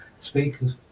speakers